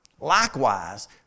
Likewise